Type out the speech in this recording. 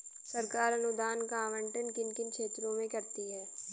सरकार अनुदान का आवंटन किन किन क्षेत्रों में करती है?